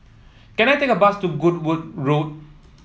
can I take a bus to Goodwood Road